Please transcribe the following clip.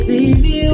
Baby